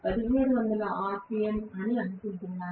1760 RPM అని అనుకుంటున్నాను